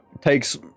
takes